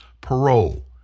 parole